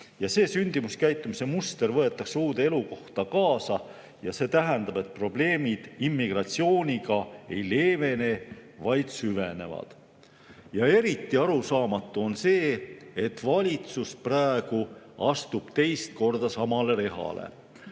Sündimuskäitumise muster võetakse uude elukohta kaasa ja see tähendab, et probleemid immigratsiooniga ei leevene, vaid süvenevad. Eriti arusaamatu on see, et valitsus astub praegu teist korda samale rehale.